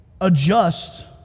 adjust